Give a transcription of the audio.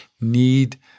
need